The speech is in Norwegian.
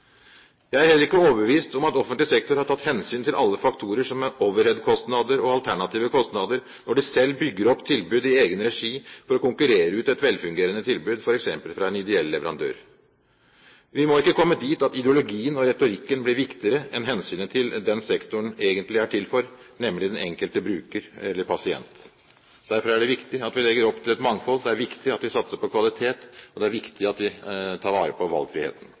Jeg er heller ikke overbevist om at offentlig sektor har tatt hensyn til alle faktorer som overheadkostnader og alternative kostnader når de selv bygger opp tilbud i egen regi for å konkurrere ut et velfungerende tilbud f.eks. fra en ideell leverandør. Vi må ikke komme dit at ideologien og retorikken blir viktigere enn hensynet til den sektoren egentlig er til for, nemlig den enkelte bruker eller pasient. Derfor er det viktig at vi legger opp til et mangfold, det er viktig at vi satser på kvalitet, og det er viktig at vi tar vare på valgfriheten.